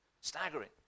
Staggering